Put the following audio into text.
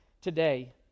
today